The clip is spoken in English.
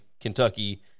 Kentucky